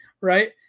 right